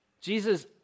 Jesus